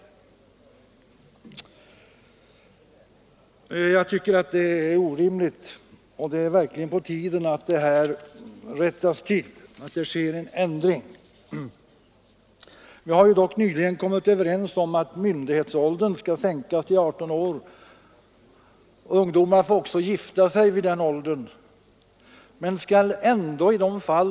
Det tycker jag är orimligt, och det är verkligen på tiden att det sker en ändring av bestämmelserna. Vi har nyligen beslutat att myndighetsåldern skall sänkas till 18 år. Ungdomar som uppnått den åldern får också gifta sig.